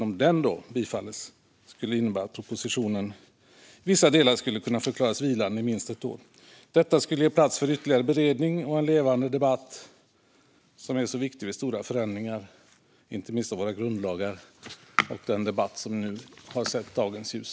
Om den bifalles innebär det att vissa delar i propositionen skulle kunna förklaras vilande i minst ett år. Detta skulle ge plats åt ytterligare beredning och en levande debatt, som är viktig vid stora förändringar, inte minst av våra grundlagar, och i den debatt som nu har sett dagens ljus.